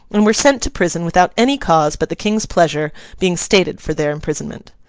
and were sent to prison without any cause but the king's pleasure being stated for their imprisonment.